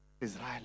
Israel